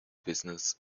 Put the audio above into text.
business